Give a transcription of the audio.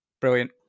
brilliant